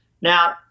Now